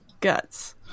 Guts